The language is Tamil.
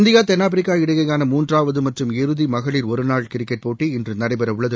இந்தியா தென்னாப்பிரிக்கா இடையேயான மூன்றாவது மற்றும் இறுதி மகளிர் ஒருநாள் கிரிக்கெட் போட்டி இன்று நடைபெற உள்ளது